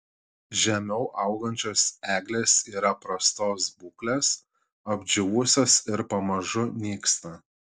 žemiau augančios eglės yra prastos būklės apdžiūvusios ir pamažu nyksta